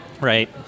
Right